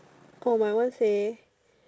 oh my one say